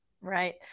Right